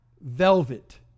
velvet